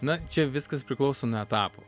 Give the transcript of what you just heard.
na čia viskas priklauso nuo etapų